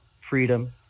freedom